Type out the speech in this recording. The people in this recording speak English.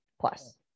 plus